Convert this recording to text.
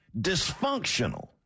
Dysfunctional